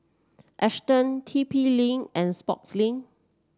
Astons T P Link and Sportslink